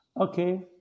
Okay